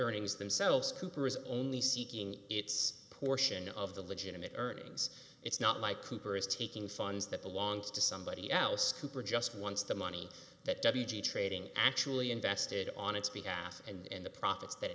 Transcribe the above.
earnings themselves cooper is only seeking its portion of the legitimate earnings it's not my cooper is taking funds that belongs to somebody else cooper just wants the money that w g trading actually invested on its behalf and the profits that